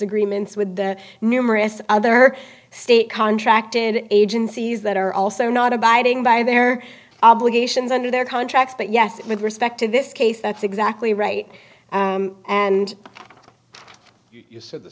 agreements with the numerous other state contracted agencies that are also not abiding by their obligations under their contracts but yes with respect to this case that's exactly right and